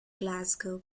glasgow